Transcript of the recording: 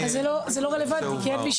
בוא נתקדם.